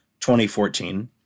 2014